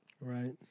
right